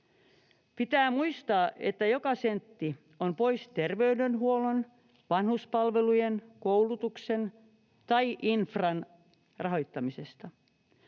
Pitää muistaa, että joka sentti on pois terveydenhuollon, vanhuspalvelujen, koulutuksen tai infran rahoittamisesta,